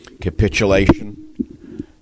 Capitulation